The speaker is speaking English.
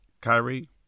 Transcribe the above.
Kyrie